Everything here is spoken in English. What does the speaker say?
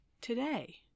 today